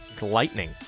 lightning